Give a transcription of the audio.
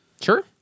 Sure